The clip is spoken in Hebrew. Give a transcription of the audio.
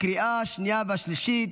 לקריאה השנייה והשלישית.